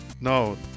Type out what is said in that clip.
No